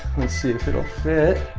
let's see if it will fit,